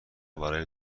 برای